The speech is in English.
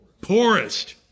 poorest